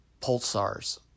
pulsars